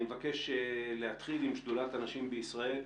אני מבקש להתחיל עם שדולת הנשים בישראל,